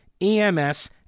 EMS